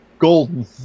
Golden